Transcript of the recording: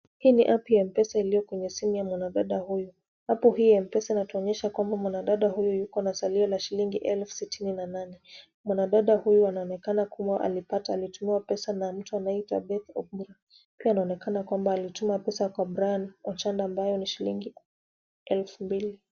Hii ni app ya M-Pesa iliyo kwenye simu ya mwanadada huyu. Apu hii ya M-Pesa inatuonyesha mwanadada huyu yuko na salio la shilingi elfu sitini na nane. Mwanadada huyu anaonekana kuwa alitumiwa pesa na mtu anayeitwa Beth Obura. Pia anaonekana kuwa alituma kwa Brian Ochanda ambayo ni shilingi elfu mbili.